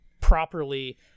properly